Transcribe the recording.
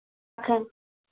हाँ